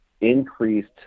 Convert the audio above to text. increased